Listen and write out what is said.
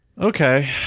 Okay